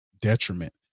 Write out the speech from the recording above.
detriment